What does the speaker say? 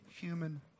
human